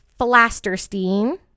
Flasterstein